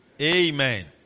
Amen